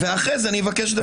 ואחרי זה ארצה לדבר.